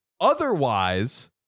Otherwise